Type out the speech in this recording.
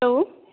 hello